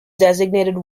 designated